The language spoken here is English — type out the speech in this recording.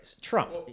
Trump